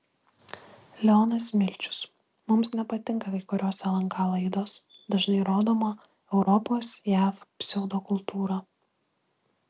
leonas milčius mums nepatinka kai kurios lnk laidos dažnai rodoma europos jav pseudokultūra